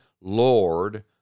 Lord